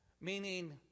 Meaning